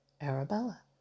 Arabella